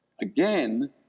Again